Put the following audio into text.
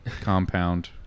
compound